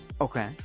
Okay